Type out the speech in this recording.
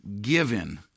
given